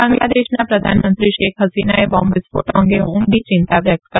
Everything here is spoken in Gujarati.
બાંગ્લાદેશના પ્રધાનમંત્રી શેખ હસીનાએ બોમ્બ વિસ્ફોૌ અંગે ઉંડી ચિંતા વ્યકત કરી